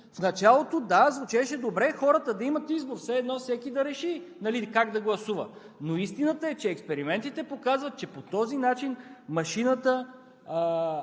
В началото – да, звучеше добре хората да имат избор. Все едно всеки да реши как да гласува. Истината е, че експериментите показват, че по този начин машината